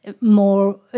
more